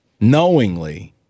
knowingly